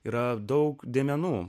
yra daug dėmenų